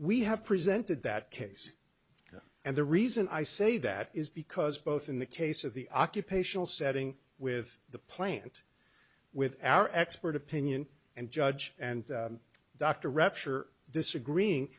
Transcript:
we have presented that case and the reason i say that is because both in the case of the occupational setting with the plant with our expert opinion and judge and dr redshirt disagreeing